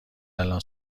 الان